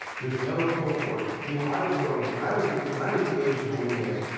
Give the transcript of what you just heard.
there's no cohort i mean when i was growing up when i was the when i was the age of millennials,